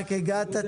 רק הגעת.